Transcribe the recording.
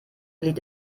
liegt